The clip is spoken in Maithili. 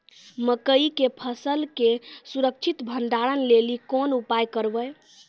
मकई के फसल के सुरक्षित भंडारण लेली कोंन उपाय करबै?